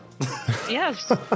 Yes